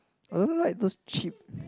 I don't like those cheap